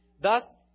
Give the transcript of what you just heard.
Thus